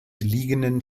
liegenden